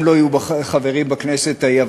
הם לא יהיו חברים בכנסת ההיא,